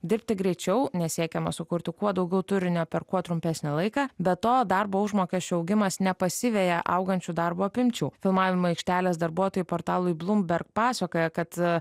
dirbti greičiau nes siekiama sukurtų kuo daugiau turinio per kuo trumpesnį laiką be to darbo užmokesčio augimas nepasiveja augančių darbo apimčių filmavimo aikštelės darbuotojai portalui bloomberg pasakoja kad